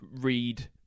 read